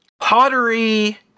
pottery